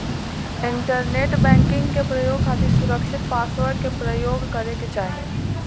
internet banking के प्रयोग खातिर सुरकछित पासवर्ड के परयोग करे के चाही